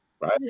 right